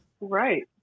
Right